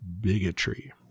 bigotry